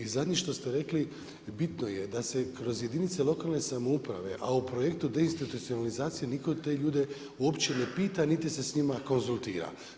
I zadnje što ste rekli, bitno je da se kroz jedinice lokalne samouprave a u projektu deinstitucionalizacije, nitko te ljude uopće ne pita niti se s njima konzultira.